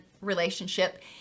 relationship